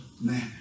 man